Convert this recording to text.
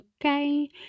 okay